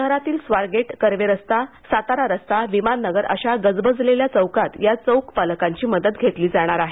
शहरातील स्वारगेट कर्वेरस्ता सातारा रस्ता विमान नगर अशा गजबजलेल्या चौकात या चौक पालकांची मदत घेतली जाणार आहे